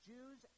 Jews